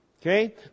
Okay